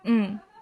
mm